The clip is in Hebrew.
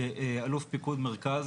שאלוף פיקוד מרכז,